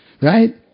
right